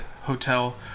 Hotel